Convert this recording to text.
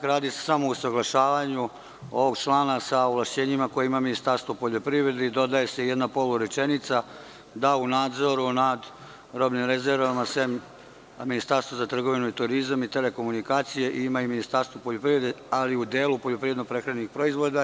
Radi se samo o usaglašavanju ovog člana sa ovlašćenjima koje ima Ministarstvo poljoprivrede i dodaje se jedna polurečenica – nadzor nad robnim rezervama, sem Ministarstva za trgovinu, turizam i telekomunikacije, ima i Ministarstvo poljoprivrede, ali u delu poljoprivredno-prehrambenih proizvoda.